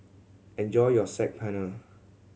enjoy your Saag Paneer